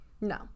No